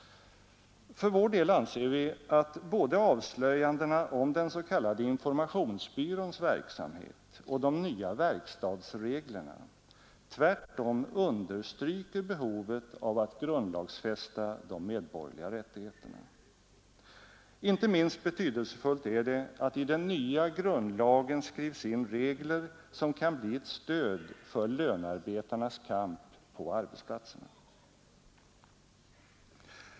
För vår del anser vi att både avslöjandena om den s.k. Informationsbyråns verksamhet och de nya verkstadsreglerna tvärtom understryker behovet av att grundlagsfästa de medborgerliga rättigheterna. Inte minst betydelsefullt är det att i den nya grundlagen skriva in regler som kan bli ett stöd för lönarbetarnas kamp på arbetsplatserna.